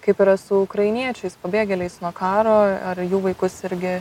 kaip yra su ukrainiečiais pabėgėliais nuo karo ar jų vaikus irgi